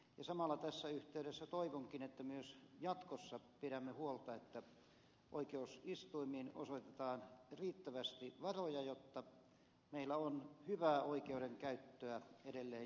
samalla tässä yhteydessä toivonkin että myös jatkossa pidämme huolta siitä että oikeusistuimiin osoitetaan riittävästi varoja jotta meillä on hyvää oikeudenkäyttöä edelleen jatkossakin